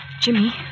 Jimmy